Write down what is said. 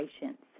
patients